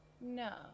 No